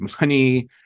money